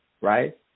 Right